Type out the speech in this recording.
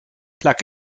plug